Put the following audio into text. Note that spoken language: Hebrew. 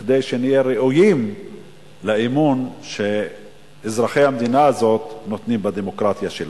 כדי שנהיה ראויים לאמון שאזרחי המדינה הזאת נותנים בדמוקרטיה שלנו.